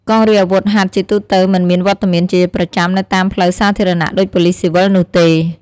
កងរាជអាវុធហត្ថជាទូទៅមិនមានវត្តមានជាប្រចាំនៅតាមផ្លូវសាធារណៈដូចប៉ូលិសស៊ីវិលនោះទេ។